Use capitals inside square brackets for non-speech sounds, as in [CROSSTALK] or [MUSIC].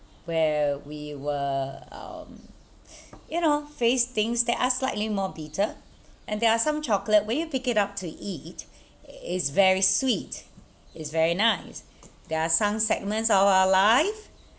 where we were um [BREATH] you know face things that are slightly more bitter and there are some chocolate where you pick it up to eat it is very sweet is very nice there are some segments of our life